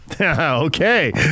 Okay